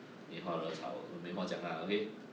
你花了草我没话讲 lah okay